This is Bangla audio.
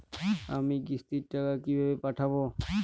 আমি কিস্তির টাকা কিভাবে পাঠাব?